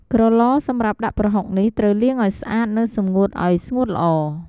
ក្រឡសម្រាប់ដាក់ប្រហុកនេះ ត្រូវលាងឱ្យស្អាត និងសម្ងួតឱ្យស្ងួតល្អ។